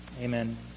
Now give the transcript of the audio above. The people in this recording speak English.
Amen